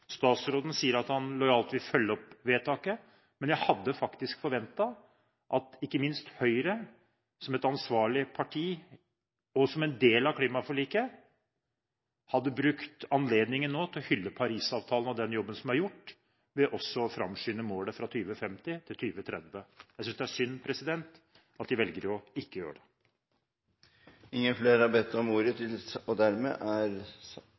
statsråden sier at han lojalt vil følge opp vedtaket, men jeg hadde faktisk forventet at ikke minst Høyre, som et ansvarlig parti og som en del av klimaforliket, hadde brukt anledningen nå til å hylle Paris-avtalen og den jobben som er gjort, ved også å framskynde målet fra 2050 til 2030. Jeg synes det er synd at de velger ikke å gjøre det. Flere har ikke bedt om ordet til sak nr. 1. Etter ønske fra kirke-, utdannings- og